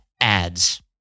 ads